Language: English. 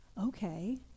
okay